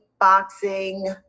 boxing